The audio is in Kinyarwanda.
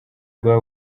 rwa